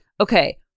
Okay